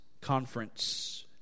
conference